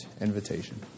invitation